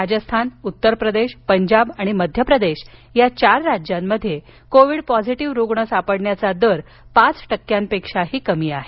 राजस्थान उत्तर प्रदेश पंजाब आणि मध्य प्रदेश या चार राज्यांमध्ये कोविड पॉझीटीव्ह रुग्ण सापडण्याचा दर पाच टक्क्यांहूनही कमी आहे